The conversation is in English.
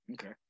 Okay